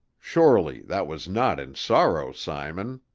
surely that was not in sorrow, simon?